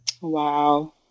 Wow